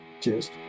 Cheers